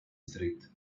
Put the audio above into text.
street